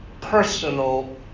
personal